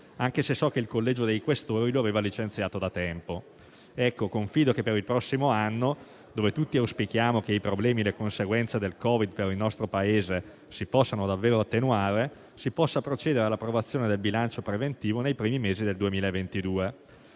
anche se so che il Collegio dei Questori lo aveva licenziato da tempo. Confido che il prossimo anno - per il quale tutti auspichiamo che i problemi e le conseguenze del Covid-19 per il nostro Paese si possano davvero attenuare - si possa procedere all'approvazione del bilancio preventivo nei primi mesi.